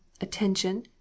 attention